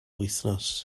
wythnos